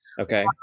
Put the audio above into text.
Okay